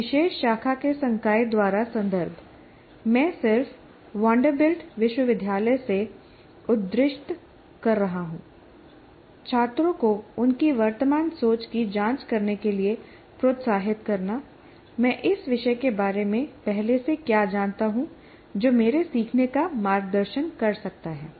किसी विशेष शाखा के संकाय द्वारा संदर्भ मैं सिर्फ वेंडरबिल्ट विश्वविद्यालय से उद्धृत कर रहा हूं छात्रों को उनकी वर्तमान सोच की जांच करने के लिए प्रोत्साहित करना मैं इस विषय के बारे में पहले से क्या जानता हूं जो मेरे सीखने का मार्गदर्शन कर सकता है